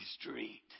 Street